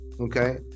okay